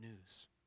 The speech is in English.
news